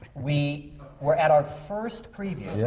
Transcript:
we were at our first preview. yeah!